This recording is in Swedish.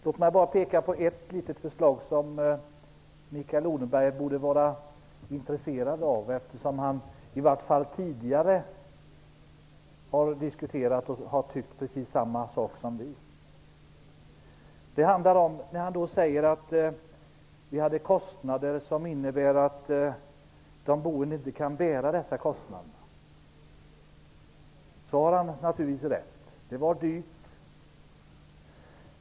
Låt mig peka på ett förslag som Mikael Odenberg borde vara intresserad av och där han i varje fall tidigare har haft samma åsikt som vi. När Mikael Odenberg säger att de boende inte har råd att bära kostnaderna, har han naturligtvis rätt.